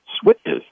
switches